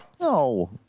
no